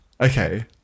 Okay